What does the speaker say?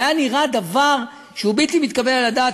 זה נראה דבר שהוא בלתי מתקבל על הדעת.